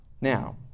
Now